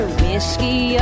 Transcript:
whiskey